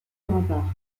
remparts